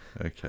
okay